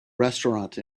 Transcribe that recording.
restaurant